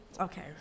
okay